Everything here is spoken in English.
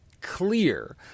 clear